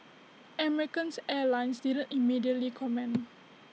Americans airlines didn't immediately comment